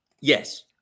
Yes